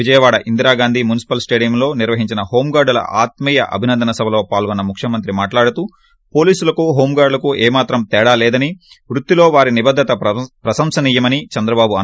విజయవాడ ఇందిరాగాంధీ మున్సీపల్ స్టేడియంలో నిర్వహించిన హోంగార్లుల ఆత్మీయ ్ అభినందన సభలో పాల్గున్న ముఖ్యమంత్రి మాట్లాడుతూ హోంగారులకు ఏమాత్రం తేడా లేదని వృత్తిలో వార్తి నిబద్గత ప్రసంసనీయమని చంద్రబాబు అన్నారు